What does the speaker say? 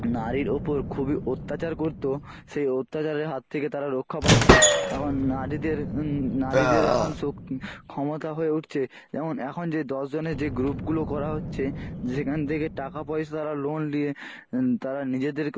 নারীর ওপর খুবই অত্যাচার করতো সেই অত্যাচারের হাত থেকে তারা রক্ষা পাচ্ছে এমন নারীদের নারীদের এখন শক ক্ষমতা হয়ে উঠছে যেমন এখন যে দশ জনের যে গ্রুপগুলো করা হচ্ছে যেখান থেকে টাকা পয়সা তারা লোন লিয়ে তারা নিজেদের